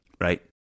Right